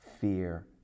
fear